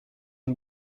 une